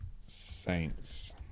Saints